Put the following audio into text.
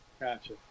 gotcha